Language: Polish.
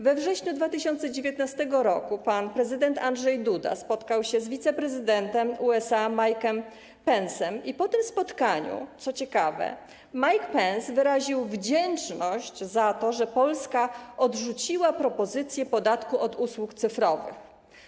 We wrześniu 2019 r. pan prezydent Andrzej Duda spotkał się z wiceprezydentem USA Mike’em Pence’em i po tym spotkaniu, co ciekawe, Mike Pence wyraził wdzięczność za to, że Polska odrzuciła propozycję podatku od usług cyfrowych.